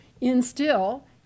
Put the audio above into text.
instill